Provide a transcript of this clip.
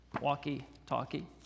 Walkie-talkie